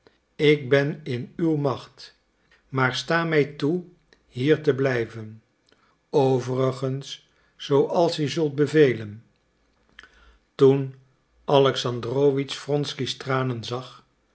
ik ben in uw macht maar sta mij toe hier te blijven overigens zooals u zult bevelen toen alexandrowitsch wronsky's tranen zag